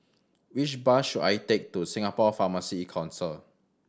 which bus should I take to Singapore Pharmacy Council